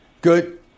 Good